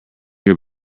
your